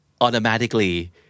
automatically